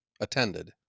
attended